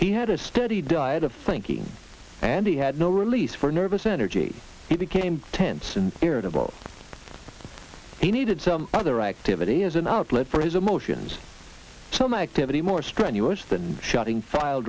he had a steady diet of thinking and he had no release for nervous energy he became tense and irritable he needed some other activity as an outlet for his emotions some activity more strenuous than shutting file